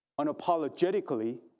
unapologetically